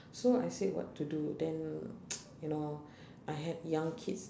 so I said what to do then you know I had young kids